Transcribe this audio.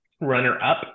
runner-up